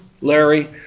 Larry